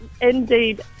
indeed